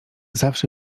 zawsze